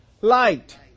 light